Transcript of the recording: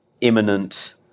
imminent